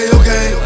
okay